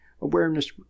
awareness